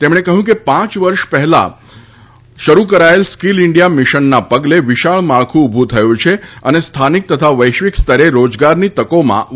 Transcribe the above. તેમણે કહ્યું કે પાંચ વર્ષ પહેલાં શરૂ કરાચેલ સ્કીલ ઇન્ડિયા મિશનના પગલે વિશાળ માળખું ઊભું થયું છે અને સ્થાનિક તથા વૈશ્વિક સ્તરે રોજગારની તકોમાં વધારો થયો છે